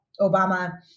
Obama